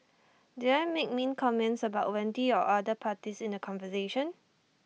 did I make mean comments about Wendy or other parties in the conversation